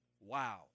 Wow